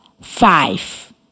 five